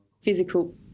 physical